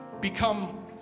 become